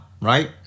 right